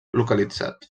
localitzat